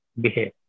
Behave